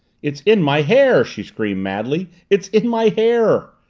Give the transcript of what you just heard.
it's in my hair! she screamed madly. it's in my hair!